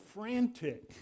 frantic